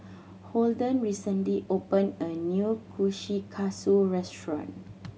Holden recently opened a new Kushikatsu restaurant